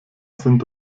sind